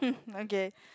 okay